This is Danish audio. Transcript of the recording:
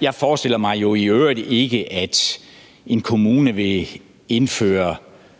jeg forestiller mig i øvrigt ikke, at en kommune vil indføre